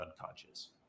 unconscious